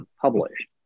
published